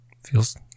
feels